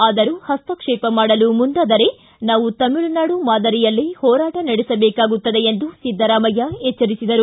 ಆದರೂ ಪಸ್ತಕ್ಷೇಪ ಮಾಡಲು ಮುಂದಾದರೆ ನಾವು ತಮಿಳುನಾಡು ಮಾದರಿಯಲ್ಲೇ ಹೋರಾಟ ನಡೆಸಬೇಕಾಗುತ್ತದೆ ಎಂದು ಸಿದ್ದರಾಮಯ್ಯ ಎಚ್ವರಿಸಿದರು